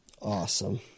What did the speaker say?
awesome